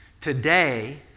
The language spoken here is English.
Today